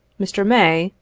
mr. may,